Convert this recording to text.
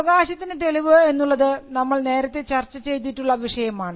അവകാശത്തിനു തെളിവ് എന്നുള്ളത് നമ്മൾ നേരത്തെ ചർച്ച ചെയ്തിട്ടുള്ള വിഷയമാണ്